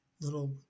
little